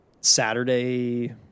Saturday